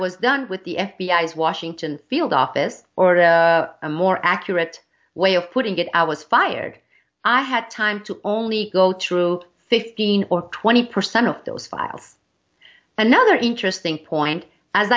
was done with the f b i as washington field office or a more accurate way of putting it i was fired i had time to only go through fifteen or twenty percent of those files another interesting point